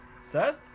seth